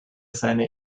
seine